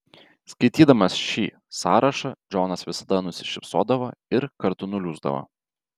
skaitydamas šį sąrašą džonas visada nusišypsodavo ir kartu nuliūsdavo